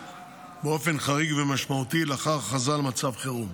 באופן חריג ומשמעותי לאחר הכרזה על מצב חירום.